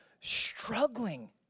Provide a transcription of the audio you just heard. struggling